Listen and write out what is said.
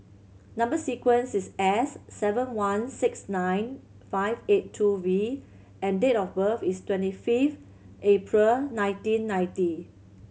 number sequence is S seven one six nine five eight two V and date of birth is twenty fifth April nineteen ninety